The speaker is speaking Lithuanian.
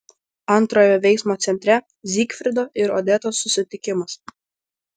antrojo veiksmo centre zygfrido ir odetos susitikimas